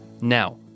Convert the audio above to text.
Now